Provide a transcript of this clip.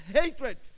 hatred